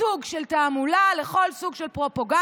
סוג של תעמולה, לכל סוג של פרופגנדה.